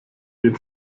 den